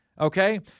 okay